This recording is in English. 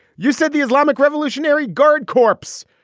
you said the islamic revolutionary guard corpse.